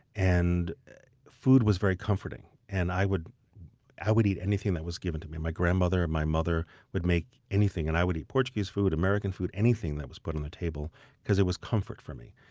and food was very comforting, and i would i would eat anything that was given to me. my grandmother and my mother would make anything, and i would eat portuguese food, american food anything that was put on the table because it was comfort for me.